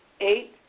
Eight